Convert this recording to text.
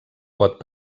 pot